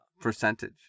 Percentage